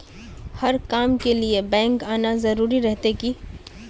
हर काम के लिए बैंक आना जरूरी रहते की?